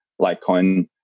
Litecoin